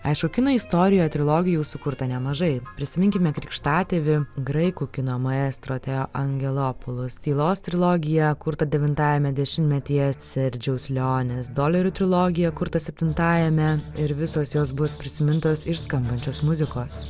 aišku kino istorijoje trilogijų sukurta nemažai prisiminkime krikštatėvi graikų kino maestro teo angelopulus tylos trilogija kurta devintajame dešimtmetyje serdžiaus leonės dolerių trilogija kurta septintajame ir visos jos bus prisimintos iš skambančios muzikos